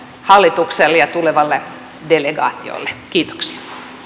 hallitukselle ja tulevalle delegaatiolle kiitoksia